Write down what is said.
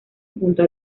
junto